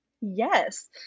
Yes